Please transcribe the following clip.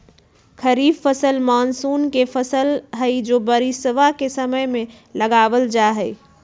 खरीफ फसल मॉनसून के फसल हई जो बारिशवा के समय में लगावल जाहई